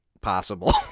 possible